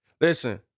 Listen